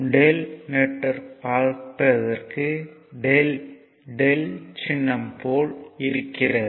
Δ network பார்ப்பதற்கு Δ சின்னம் போல் இருக்கிறது